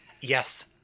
Yes